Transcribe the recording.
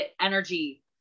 energy